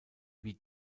wie